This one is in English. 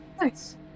Nice